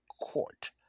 Court